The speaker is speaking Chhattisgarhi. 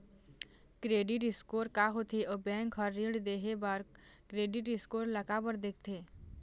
क्रेडिट स्कोर का होथे अउ बैंक हर ऋण देहे बार क्रेडिट स्कोर ला काबर देखते?